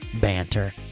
banter